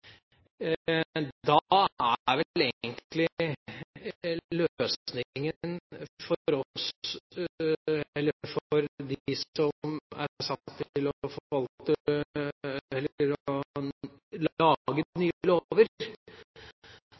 Da er vel egentlig løsningen for dem som er satt til å